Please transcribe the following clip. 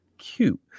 cute